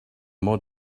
more